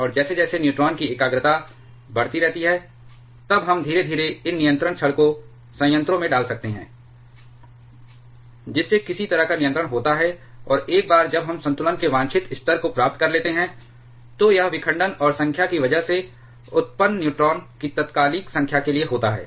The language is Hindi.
और जैसे जैसे न्यूट्रॉन की एकाग्रता बढ़ती रहती है तब हम धीरे धीरे इन नियंत्रण छड़ को संयंत्रों में डाल सकते हैं जिससे किसी तरह का नियंत्रण होता है और एक बार जब हम संतुलन के वांछित स्तर को प्राप्त कर लेते हैं तो यह विखंडन और संख्या की वजह से उत्पन्न न्यूट्रॉन की तात्कालिक संख्या के लिए होता है